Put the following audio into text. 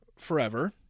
forever